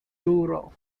rural